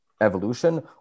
evolution